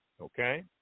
Okay